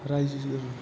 रायजो